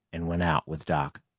and went out with doc.